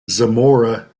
zamora